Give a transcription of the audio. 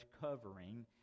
covering